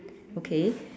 okay